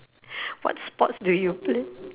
what sports do you play